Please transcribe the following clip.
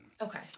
Okay